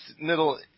middle